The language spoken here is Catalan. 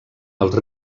els